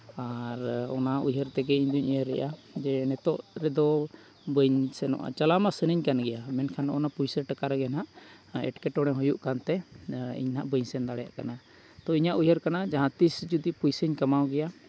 ᱟᱨ ᱚᱱᱟ ᱩᱭᱦᱟᱹᱨ ᱛᱮᱜᱮ ᱤᱧᱫᱩᱧ ᱩᱭᱦᱟᱹᱨᱮᱜᱼᱟ ᱡᱮ ᱱᱤᱛᱳᱜ ᱨᱮᱫᱚ ᱵᱟᱹᱧ ᱥᱮᱱᱚᱜᱼᱟ ᱪᱟᱞᱟᱣ ᱢᱟ ᱥᱟᱱᱟᱧ ᱠᱟᱱ ᱜᱮᱭᱟ ᱢᱮᱱᱠᱷᱟᱱ ᱚᱱᱟ ᱯᱚᱭᱥᱟ ᱴᱟᱠᱟ ᱨᱮᱜᱮ ᱱᱟᱦᱟᱜ ᱮᱸᱴᱠᱮᱴᱚᱬᱮ ᱦᱩᱭᱩᱜ ᱠᱟᱱ ᱛᱮ ᱤᱧ ᱱᱟᱦᱟᱜ ᱵᱟᱹᱧ ᱥᱮᱱ ᱫᱟᱲᱮᱭᱟᱜ ᱠᱟᱱᱟ ᱛᱚ ᱤᱧᱟᱹᱜ ᱩᱭᱦᱟᱹᱨ ᱠᱟᱱᱟ ᱡᱟᱦᱟᱸ ᱛᱤᱥ ᱡᱩᱫᱤ ᱯᱚᱭᱥᱟᱧ ᱠᱟᱢᱟᱣ ᱜᱮᱭᱟ